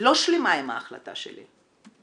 לא שלמה עם ההחלטה שלי.